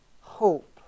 hope